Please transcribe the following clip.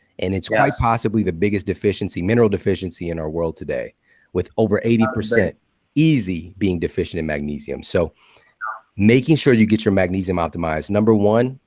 and it's quite possibly the biggest deficiency, mineral deficiency, in our world today with over eighty percent easy being deficient in magnesium so making sure that you get your magnesium optimized. number one,